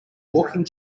walking